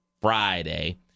Friday